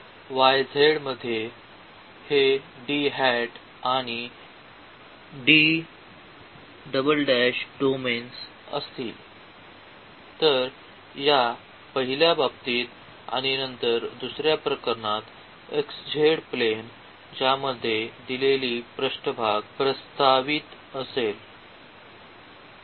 तर y z मधले हे D हॅट आणि डोमेन तर या पहिल्या बाबतीत आणि नंतर दुसर्या प्रकरणात xz प्लेन ज्यामध्ये दिलेली पृष्ठभाग प्रस्तावित असेल